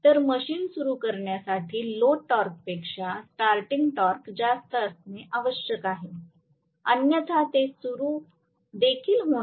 तर मशीन सुरू करण्यासाठी लोड टॉर्कपेक्षा स्टार्टिंग टॉर्क जास्त असणे आवश्यक आहे अन्यथा ते सुरू देखील होणार नाही